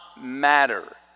matter